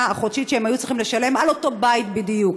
החודשית שהם היו צריכים לשלם על אותו בית בדיוק.